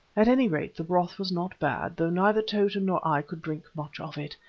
at any rate the broth was not bad, though neither tota nor i could drink much of it.